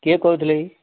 କିଏ କହୁଥିଲେ କି